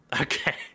Okay